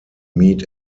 meet